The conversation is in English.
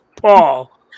Paul